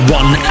one